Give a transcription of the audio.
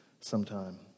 sometime